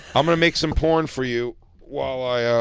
i'm gonna make some porn for you while i, ah.